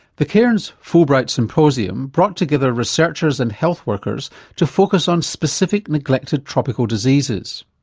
the cairns fulbright symposium brought together researchers and health workers to focus on specific neglected tropical diseases.